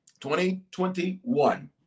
2021